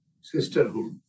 sisterhood